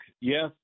Yes